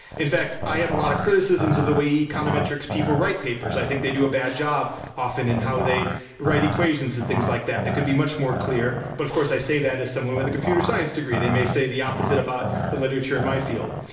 in fact, i have a lot of criticisms of the way econometrics people write papers. i think they do a bad job often in how they write equations and things like that. they could be much more clear. but of course, i say that as someone with a computer science degree. they may say the opposite about the literature in my field.